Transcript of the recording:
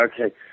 Okay